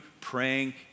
praying